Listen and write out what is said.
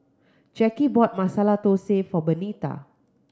Jacky bought Masala Thosai for Benita